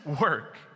work